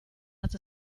hat